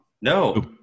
No